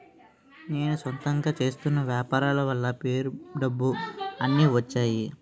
నేను సొంతంగా చేస్తున్న వ్యాపారాల వల్ల పేరు డబ్బు అన్ని వచ్చేయి